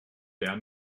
der